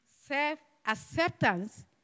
self-acceptance